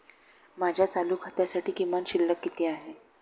माझ्या चालू खात्यासाठी किमान शिल्लक किती आहे?